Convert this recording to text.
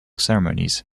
ceremonies